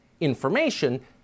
information